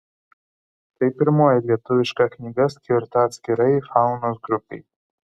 tai pirmoji lietuviška knyga skirta atskirai faunos grupei